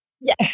Yes